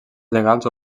legals